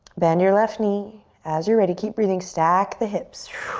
bend your left knee. as you're ready, keep breathing, stack the hips.